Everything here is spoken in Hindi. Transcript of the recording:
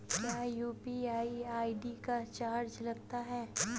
क्या यू.पी.आई आई.डी का चार्ज लगता है?